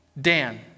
Dan